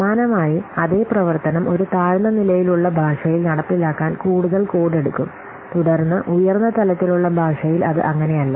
സമാനമായി അതേ പ്രവർത്തനം ഒരു താഴ്ന്ന നിലയിലുള്ള ഭാഷയിൽ നടപ്പിലാക്കാൻ കൂടുതൽ കോഡ് എടുക്കും തുടർന്ന് ഉയർന്ന തലത്തിലുള്ള ഭാഷയിൽ അത് അങ്ങനെയല്ല